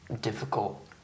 difficult